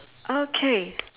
okay